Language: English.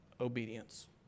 obedience